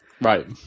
Right